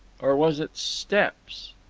or was it steppes?